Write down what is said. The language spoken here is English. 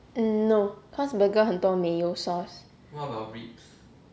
mm no cause burger 很多 mayo sauce